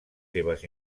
seves